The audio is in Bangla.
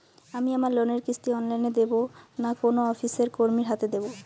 আমি আমার লোনের কিস্তি অনলাইন দেবো না কোনো অফিসের কর্মীর হাতে দেবো?